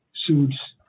suits